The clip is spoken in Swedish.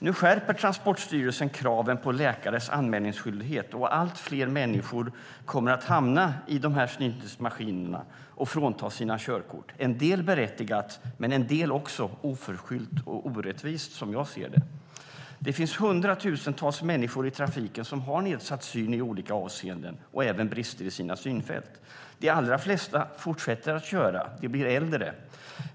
Nu skärper Transportstyrelsen kraven på läkares anmälningsskyldighet och allt fler människor kommer att hamna i dessa syntestmaskiner och fråntas sina körkort. En del berättigat, men en del också oförskyllt och orättvist som jag ser det. Det finns hundratusentals människor i trafiken som har nedsatt syn i olika avseenden och även brister i sina synfält. De allra flesta fortsätter att köra även när de blir äldre.